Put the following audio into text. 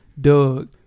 Doug